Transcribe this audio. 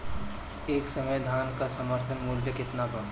एह समय धान क समर्थन मूल्य केतना बा?